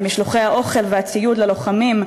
במשלוחי האוכל והציוד ללוחמים,